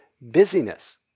busyness